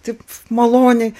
taip maloniai